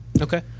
Okay